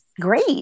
Great